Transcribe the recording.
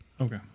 Okay